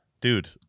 dude